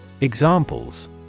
Examples